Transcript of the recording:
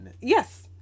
Yes